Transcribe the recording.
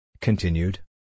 Continued